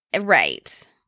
Right